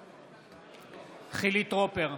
בעד חילי טרופר,